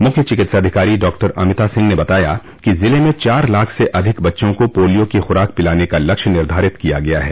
मुख्य चिकित्साधिकारी डॉक्टर अमिता सिंह ने बताया कि ज़िले में चार लाख से अधिक बच्चों को पोलियो की खुराक पिलाने का लक्ष्य निर्धारित किया गया है